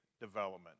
development